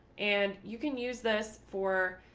and you can use this for,